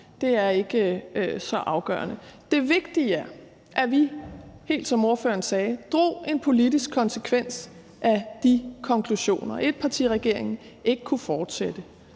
er ikke så afgørende. Det vigtige er, at vi, helt som ordføreren sagde, drog en politisk konsekvens af de konklusioner: Etpartiregeringen kunne ikke fortsætte